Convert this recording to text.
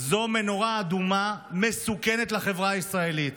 זה נורה אדומה מסוכנת לחברה הישראלית.